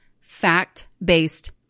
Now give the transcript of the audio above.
fact-based